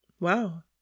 Wow